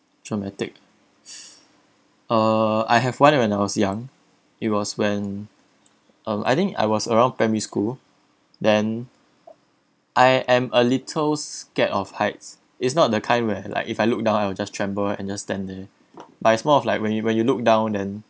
traumatic uh I have one when I was young it was when uh I think I was around primary school then I am a little scared of heights is not the kind where like if I look down I will just tremble and just stand there but it's more of like when you when you look down then